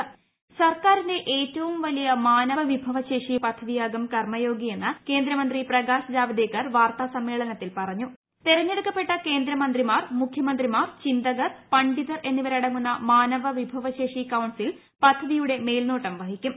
് സർക്കാരിന്റെ ഏറ്റവും വലിയ മാനവവിഭവശേഷി പദ്ധതിയ്കുകും കർമയോഗിയെന്ന് കേന്ദ്രമന്ത്രി പ്രകാശ് ജാവദേക്കർ തെരെഞ്ഞെടുക്കപ്പെട്ട ്ക്രേന്ദ്ര മന്ത്രിമാർ മുഖ്യമന്ത്രിമാർ ചിന്തകർ പണ്ഡിതർ എന്നിവരടങ്ങുന്ന മാനവവിഭവശേഷി കൌൺസിൽ പദ്ധതിയുടെ മേൽനോട്ടം വഹിക്കും